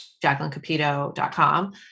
JacquelineCapito.com